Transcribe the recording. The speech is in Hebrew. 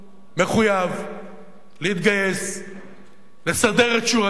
מחויב להתגייס לסדר את שורתו,